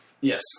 Yes